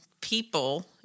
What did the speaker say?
people